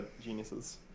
geniuses